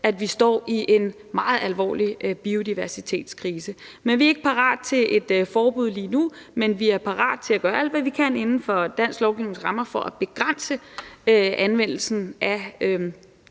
at vi står i en meget alvorlig biodiversitetskrise. Men vi er ikke parat til et forbud lige nu, men er parat til at gøre alt, hvad vi kan, inden for dansk lovgivnings rammer for at begrænse anvendelsen af